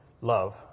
love